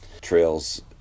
Trails